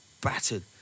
Battered